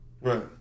Right